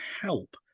help